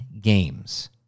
games